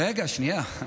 רגע, שנייה.